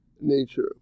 nature